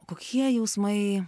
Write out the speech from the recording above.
kokie jausmai